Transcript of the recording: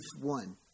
one